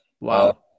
Wow